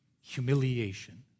Humiliation